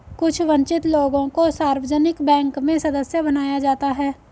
कुछ वन्चित लोगों को सार्वजनिक बैंक में सदस्य बनाया जाता है